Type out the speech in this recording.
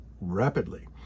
rapidly